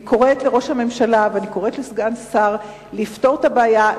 אני קוראת לראש הממשלה ואני קוראת לסגן השר לפתור את הבעיה,